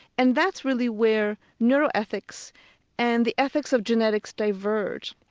and that's really where neuroethics and the ethics of genetics diverge,